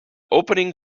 opening